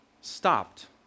stopped